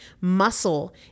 Muscle